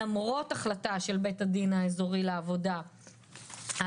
למרות החלטה של בית הדין האזורי לעבודה על